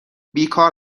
بیکار